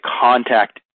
contact